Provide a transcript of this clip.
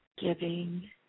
giving